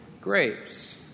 grapes